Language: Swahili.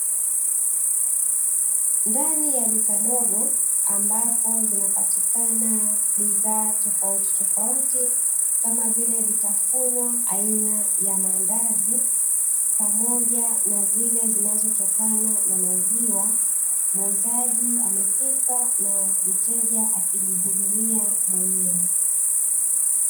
Ndani ya duka dogo ambapo zinapatikana bidhaa tofauti tofauti kama vile vitafunwa aina ya maandazi pamoja na zile zinazotokana na maziwa muuzaji amefika na mteja akijihudumia mwenyewe.